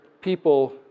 people